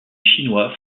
chinois